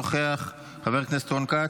חבר הכנסת טאהא,